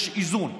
יש איזון.